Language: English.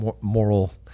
moral